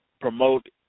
promote